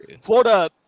Florida